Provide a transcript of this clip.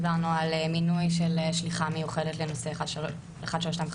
דיברנו על מינוי של שליחה מיוחדת לנושא 1325,